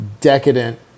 decadent